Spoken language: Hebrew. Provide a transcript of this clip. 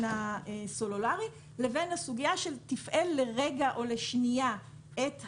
הסלולרי לבין הסוגייה של תפעל לרגע או לשנייה את הרדיו.